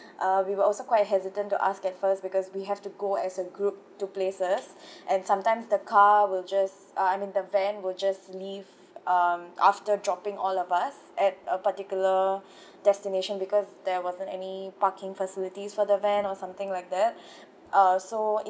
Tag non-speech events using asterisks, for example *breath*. uh we were also quite hesitant to ask at first because we have to go as a group to places *breath* and sometimes the car will just uh I mean the van will just leave um after dropping all of us at a particular *breath* destination because there wasn't any parking facilities for the van or something like that uh so